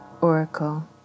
Oracle